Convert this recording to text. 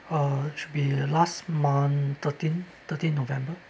uh should be the last month thirteenth thirteenth november